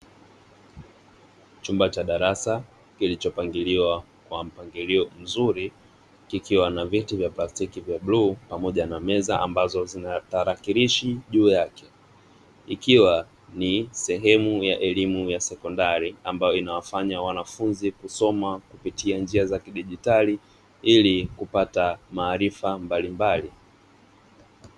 Chumba cha darasa kilichopangiliwa kwa mpangilio mzuri, kikiwa na viti vya plastiki vya bluu, pamoja na meza ambazo zina tarakilishi juu yake; ikiwa ni sehemu ya elimu ya sekondari, ambayo inawafanya wanafunzi kusoma kupitia njia za kidigitali ili kupata maarifa mbalimbali.